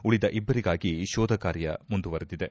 ಉಳಿದ ಇಬ್ಬರಿಗಾಗಿ ಶೋಧ ಕಾರ್ಯ ಮುಂದುವರೆದಿದೆ